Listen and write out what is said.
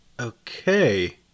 Okay